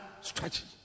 strategy